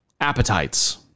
Appetites